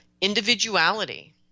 Individuality